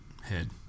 Head